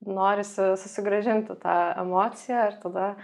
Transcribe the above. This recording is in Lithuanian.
norisi susigrąžinti tą emociją ir tada